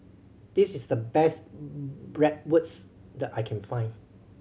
this is the best Bratwurst that I can find